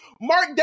Mark